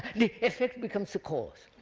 the effect becomes the cause.